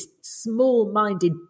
small-minded